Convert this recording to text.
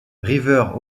river